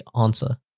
answer